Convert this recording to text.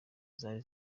zari